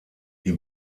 die